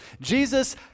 Jesus